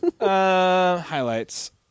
highlights